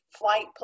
flight